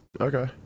Okay